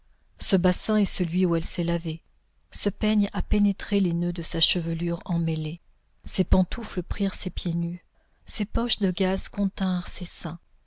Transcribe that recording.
ce bassin est celui où elle s'est lavée ce peigne a pénétré les noeuds de sa chevelure emmêlée ces pantoufles prirent ses pieds nus ces poches de gaze continrent ses seins